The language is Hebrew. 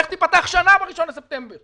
איך תיפתח שנה ב-1 בספטמבר?